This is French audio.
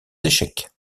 d’échecs